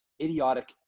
idiotic